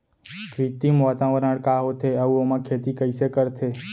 कृत्रिम वातावरण का होथे, अऊ ओमा खेती कइसे करथे?